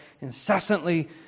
incessantly